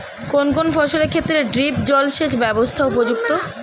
কোন কোন ফসলের ক্ষেত্রে ড্রিপ জলসেচ ব্যবস্থা উপযুক্ত?